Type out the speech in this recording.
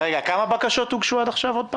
כמה בקשות הוגשו עד עכשיו?